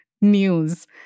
news